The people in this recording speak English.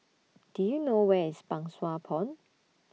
Do YOU know Where IS Pang Sua Pond